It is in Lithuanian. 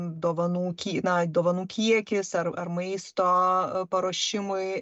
dovanų kie na dovanų kiekis ar ar maisto paruošimui